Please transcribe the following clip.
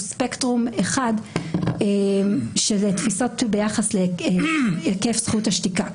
ספקטרום אחד שאלה תפיסות ביחס להיקף זכות השתיקה.